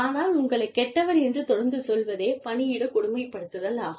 ஆனால் உங்களைக் கெட்டவர் என்று தொடர்ந்து சொல்வதே பணியிட கொடுமைப்படுத்துதல் ஆகும்